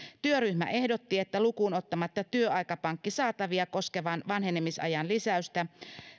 työryhmä ehdotti että lukuun ottamatta työaikapankkisaatavia koskevan vanhenemisajan lisäystä